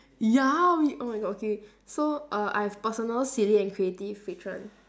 ya we oh my god okay so err I've personal silly and creative which one